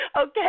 Okay